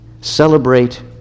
Celebrate